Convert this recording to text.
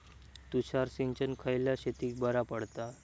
तुषार सिंचन खयल्या शेतीक बरा पडता?